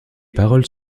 paroles